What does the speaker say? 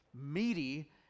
meaty